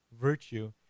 virtue